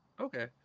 Okay